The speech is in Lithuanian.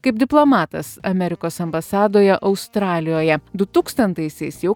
kaip diplomatas amerikos ambasadoje australijoje du tūkstantaisiais jau